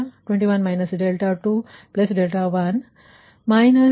ಆಗುತ್ತದೆ